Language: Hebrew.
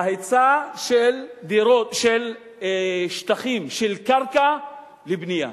ההיצע של שטחים של קרקע לבנייה.